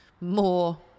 more